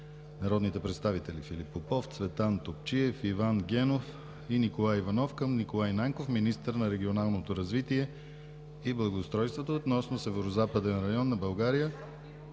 народните представители Филип Попов, Цветан Топчиев, Иван Генов и Николай Иванов към Николай Нанков – министър на регионалното развитие и благоустройството, относно Северозападен район на България,